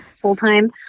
full-time